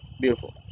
beautiful